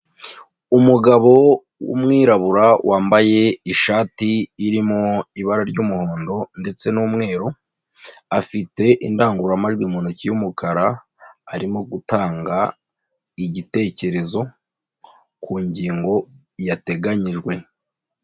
Umugabo w'umwirabura wambaye ishati irimo ibara ry'umuhondo ndetse n'umweru, afite indangururamajwi mu ntoki y'umukara arimo gutanga igitekerezo ku ngingo yateganijwe.